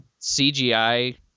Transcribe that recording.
CGI